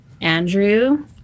Andrew